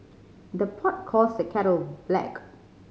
the pot calls the kettle black